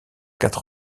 quatre